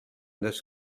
this